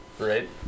Right